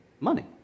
money